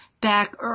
back